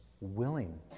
willing